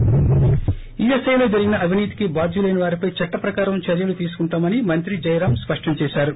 ి ఈఎస్ఐలో జరిగిన అవినీతికి బాద్యులైన వారిపై చట్టప్రకారం చర్యలు తీసుకుంటామని మంత్రి జయరామ్ స్పష్టం చేశారు